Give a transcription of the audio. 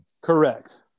Correct